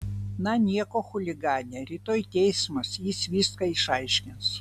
na nieko chuligane rytoj teismas jis viską išaiškins